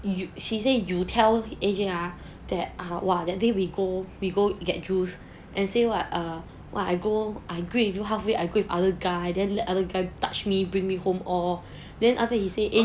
she said you tell A_J that ah !wah! that day we go we go Get Juiced and say what err what I go I go with you halfway I go with other guy then the other guy touch me bring me home or then after he said